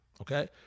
Okay